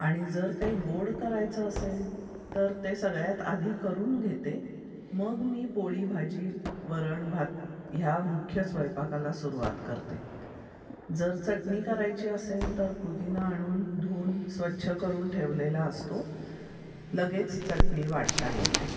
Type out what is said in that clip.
आणि जर काही गोड करायचं असेल तर ते सगळ्यात आधी करून घेते मग मी पोळी भाजी वरण भात ह्या मुख्य स्वयंपाकाला सुरुवात करते जर चटणी करायची असेल तर पुदिना आणून धुवून स्वच्छ करून ठेवलेला असतो लगेच चटणी वाटता येते